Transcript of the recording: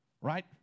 right